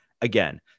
Again